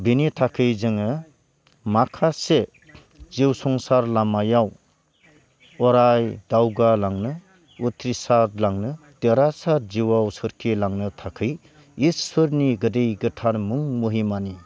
बिनि थाखै जोङो माखासे जिउ संसार लामायाव अराय दावगा लांनो उथ्रिसादलांनो देरहासाद जिउआव सोरखिलांनो थाखै इसोरनि गोदै गोथार मुं महिमानि